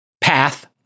path